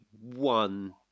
one